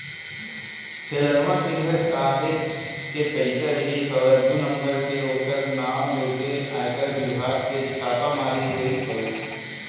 फेलनवा घर काहेच के पइसा रिहिस हवय दू नंबर के ओखर नांव लेके आयकर बिभाग के छापामारी होइस हवय